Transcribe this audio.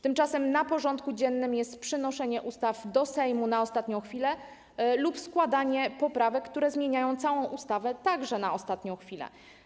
Tymczasem na porządku dziennym jest przynoszenie ustaw do Sejmu na ostatnią chwilę lub składanie poprawek, które zmieniają całą ustawę, także w ostatniej chwili.